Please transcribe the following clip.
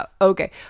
okay